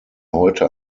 heute